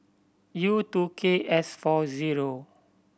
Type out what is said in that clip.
U two K S four zero